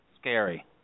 scary